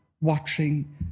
watching